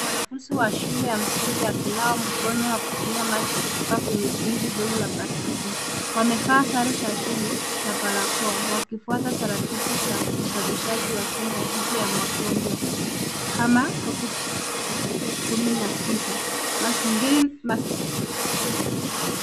Wanafunzi wa shule ya msingi wakinawa mkono wakitumia maji kutoka kwenye tenki ndogo la plastiki. Wamevaa sare za shule na barakoa wakifuata taratibu za usafishaji wa kinga dhidi ya magonjwa maka Covid-19.